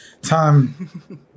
time